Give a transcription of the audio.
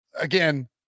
Again